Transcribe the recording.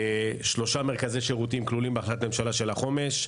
שלושה מרכזי שירותים כלולים בהחלטת הממשלה של החומש.